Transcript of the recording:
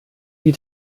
die